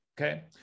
Okay